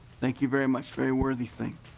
thank you very much very worthy thing.